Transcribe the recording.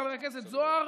חבר הכנסת זוהר: